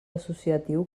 associatiu